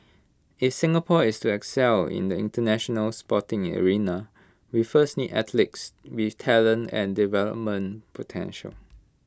if Singapore is to excel in the International Sporting arena we first need athletes with talent and development potential